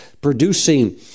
producing